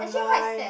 actually quite sad